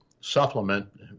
supplement